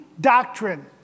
doctrine